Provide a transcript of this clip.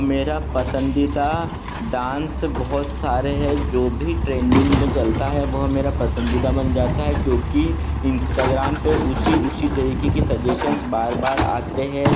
मेरा पसंदीदा डांस बहुत सारे है जो भी ट्रेंडिंग में चलता है वह मेरा पसंदीदा बन जाता है क्योंकि इंस्टागराम पर उसी उसी तरीके के सजेशन्स बार बार आते है